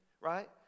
Right